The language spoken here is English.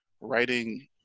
writing